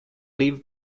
live